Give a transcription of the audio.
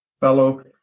fellow